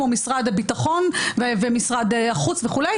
כמו משרד הביטחון ומשרד החוץ וכו',